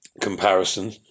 comparison